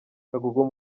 kagugu